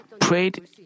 prayed